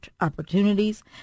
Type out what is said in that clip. opportunities